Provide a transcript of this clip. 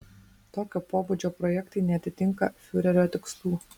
tokio pobūdžio projektai neatitinka fiurerio tikslų